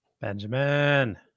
Benjamin